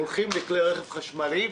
הולכים לכלי רכב חשמליים,